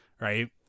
Right